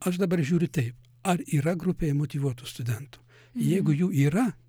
aš dabar žiūriu taip ar yra grupėje motyvuotų studentų jeigu jų yra